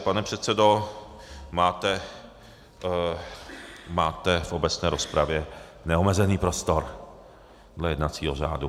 Pane předsedo, máte v obecné rozpravě neomezený prostor dle jednacího řádu.